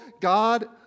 God